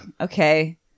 okay